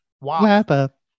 wrap-up